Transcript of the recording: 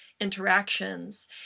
interactions